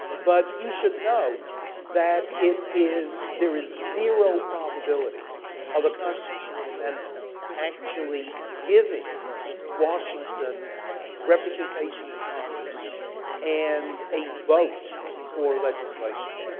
but you should know that it is, there is zero probability of a constitutional amendment actually giving washington representation in congress and a vote for legislation.